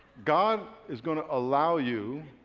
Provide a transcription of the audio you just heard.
god is going to allow you